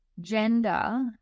gender